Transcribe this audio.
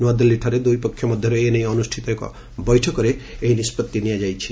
ନୂଆଦିଲ୍ଲୀଠାରେ ଦୁଇ ପକ୍ଷ ମଧ୍ୟରେ ଏନେଇ ଅନୁଷ୍ଠିତ ଏକ ବୈଠକରେ ଏହି ନିଷ୍କଭି ନିଆଯାଇଛି